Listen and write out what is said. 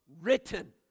written